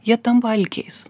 jie tampa alkiais